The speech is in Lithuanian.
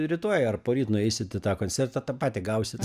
rytoj ar poryt nueisit į tą koncertą tą patį gausit